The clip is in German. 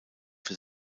für